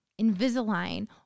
Invisalign